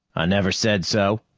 i never said so,